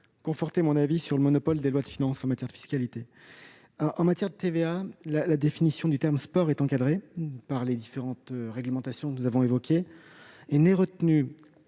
conforter mon avis sur le monopole des lois de finances en matière de fiscalité. En matière de TVA, la définition du terme « sport » est encadrée par les différentes réglementations que nous avons évoquées, qui retiennent